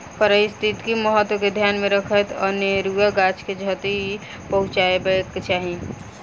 पारिस्थितिक महत्व के ध्यान मे रखैत अनेरुआ गाछ के क्षति पहुँचयबाक चाही